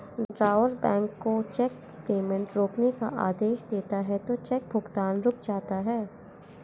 drawer bank को cheque payment रोकने का आदेश देता है तो चेक भुगतान रुक जाता है